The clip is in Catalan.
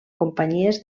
companyies